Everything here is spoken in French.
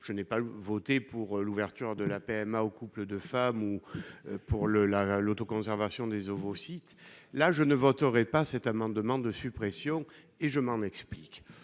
je n'ai pas voté pour l'ouverture de la PMA aux couples de femmes ou pour l'autoconservation des ovocytes -, je ne voterai pas cet amendement de suppression. Je m'en explique.